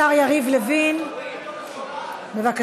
השר יריב לוין, בבקשה.